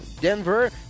denver